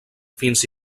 fins